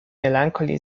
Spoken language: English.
melancholy